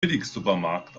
billigsupermarkt